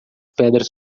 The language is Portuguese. pedras